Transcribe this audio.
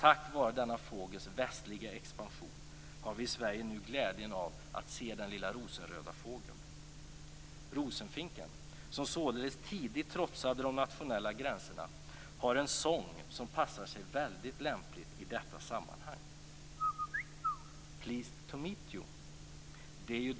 Tack vare denna fågels västliga expansion har vi i Sverige nu glädjen av att se den lilla rosenröda fågeln. Rosenfinken, som således tidigt trotsade de nationella gränserna, har en sång som passar sig väldigt lämpligt i detta sammanhang : Pleased to meet you.